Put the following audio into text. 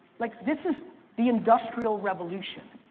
like this is the industrial revolution.